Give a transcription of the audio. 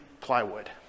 plywood